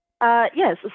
Yes